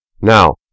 Now